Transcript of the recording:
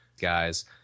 guys